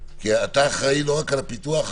כי אתה אחראי לא רק על הפיתוח,